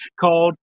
called